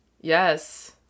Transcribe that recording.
Yes